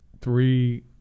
three